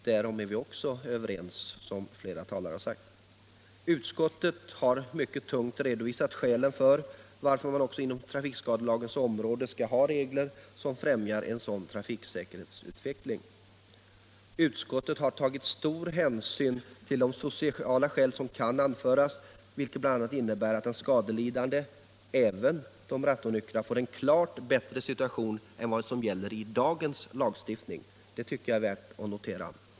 Därom är vi, som flera talare sagt, överens. Utskottet har redovisat många skäl för att man också på trafikskadelagens område skall ha regler som främjar en sådan trafiksäkerhet. Utskottet har tagit stor hänsyn till de sociala skäl som kan anföras, vilket bl.a. innebär att den skadelidandes, även den rattonyktres, situation blir klart bättre än den är enligt dagens lagstiftning. Det tycker jag är värt att notera.